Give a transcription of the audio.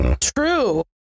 True